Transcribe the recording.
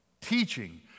Teaching